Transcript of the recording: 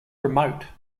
remote